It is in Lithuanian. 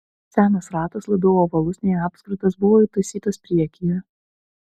senas ratas labiau ovalus nei apskritas buvo įtaisytas priekyje